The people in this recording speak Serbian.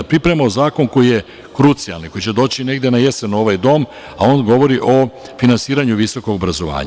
Pripremamo zakon koji je krucijalni, koji će doći negde na jesen u ovaj dom, a on govori o finansiranju visokog obrazovanja.